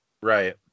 Right